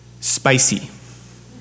spicy